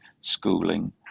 schooling